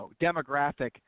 demographic